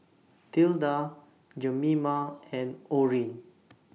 Tilda Jemima and Orrin